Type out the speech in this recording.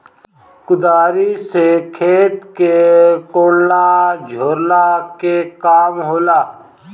कुदारी से खेत के कोड़ला झोरला के काम होला